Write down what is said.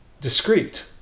discrete